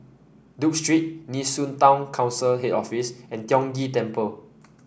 Duke Street Nee Soon Town Council Head Office and Tiong Ghee Temple